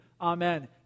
Amen